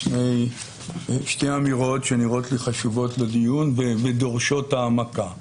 שתי אמירות שנראות לי חשובות לדיון ודורשות העמקה.